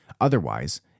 Otherwise